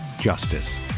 justice